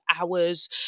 hours